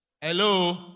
Hello